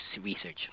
Research